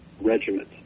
regiment